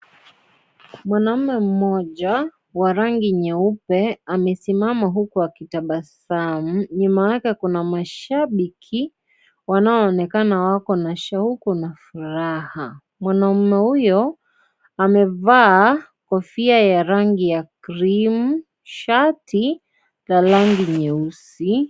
Mwanaume mmoja wa rangi nyeupe amesimama huku akitabasamu. Nyuma yake kuna mashabiki wanaonekana wako na shauku na Raha. Mwanaume huyo amevaa kofia ya rangi ya cream , shati la rangi nyeusi.